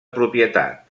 propietat